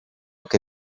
che